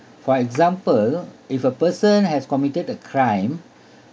for example if a person has committed a crime